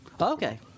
Okay